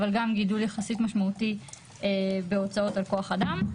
אבל גם גידול יחסית משמעותי בהוצאות על כוח אדם.